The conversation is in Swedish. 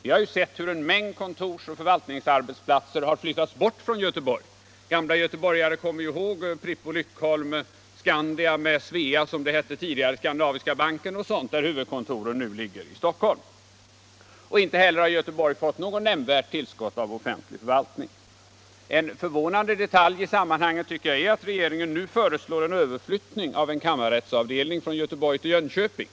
Vi har sett hur en mängd kontorsoch förvaltningsarbetsplatser har flyttats bort från Göteborg. Gamla göteborgare kommer ihåg Pripp & Lyckholm, Skandia med Svea, Skandinaviska Banken osv.; nu ligger huvudkontoren i Stockholm. Inte heller har Göteborg fått något nämnvärt tillskott av offentlig förvaltning. En förvånande detalj i sammanhanget är att regeringen nu föreslår en överflyttning av en kammarrättsavdelning från Göteborg till Jönköping.